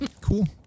Cool